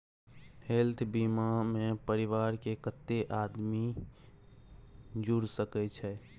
Health बीमा मे परिवार के कत्ते आदमी जुर सके छै?